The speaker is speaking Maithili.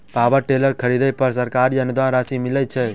पावर टेलर खरीदे पर सरकारी अनुदान राशि मिलय छैय?